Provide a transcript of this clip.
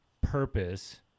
purpose